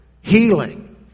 healing